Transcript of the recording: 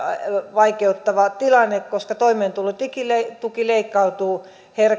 vaikeuttava tilanne koska toimeentulotuki leikkautuu